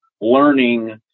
learning